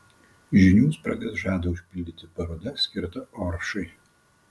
žinių spragas žada užpildyti paroda skirta oršai